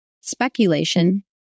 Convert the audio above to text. speculation